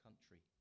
country